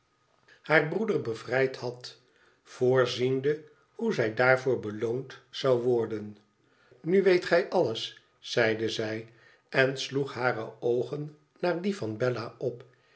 haar broeder bevrijd had voorziende hoe zij daarvoor beloond zou worden nu weet gij alles zeide zij en sloeg hare oogen naar die van bella op